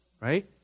Right